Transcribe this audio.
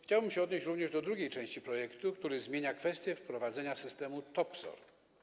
Chciałbym się odnieść również do drugiej części projektu, który zmienia kwestię wprowadzenia systemu TOPSOR.